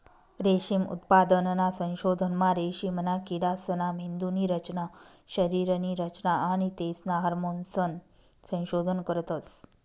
रेशीम उत्पादनना संशोधनमा रेशीमना किडासना मेंदुनी रचना, शरीरनी रचना आणि तेसना हार्मोन्सनं संशोधन करतस